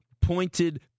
pointed